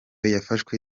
yafashwe